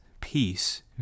Peace